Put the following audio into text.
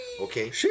okay